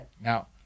Now